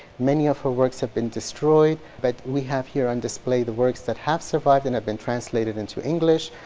many of her works have been destroyed but we have here on display the works that have survived and have been translated into english.